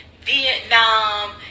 Vietnam